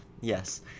yes